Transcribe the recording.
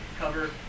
cover